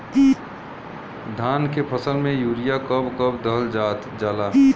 धान के फसल में यूरिया कब कब दहल जाला?